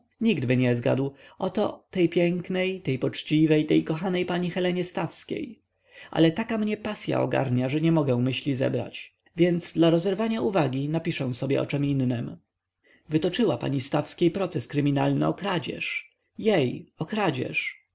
niktby nie zgadł oto tej pięknej tej poczciwej tej kochanej pani helenie stawskiej ale taka mnie pasya ogarnia że nie mogę myśli zebrać więc dla rozerwania uwagi napiszę sobie o czem innem wytoczyła pani stawskiej proces kryminalny o kradzież jej